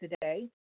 today